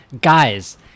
guys